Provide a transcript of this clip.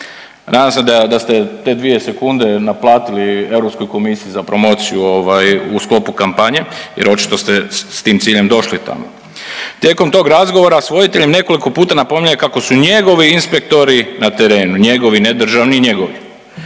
Nadam se da ste te dvije sekunde naplatili Europskoj komisiji za promociju u sklopu kampanje, jer očito ste s tim ciljem došli tamo. Tijekom tog razgovora sa voditeljem nekoliko puta napominje kako su njegovi inspektori na terenu, njegovi ne državni, njegovi.